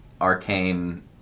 arcane